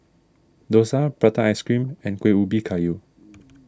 Dosa Prata Ice Cream and Kuih Ubi Kayu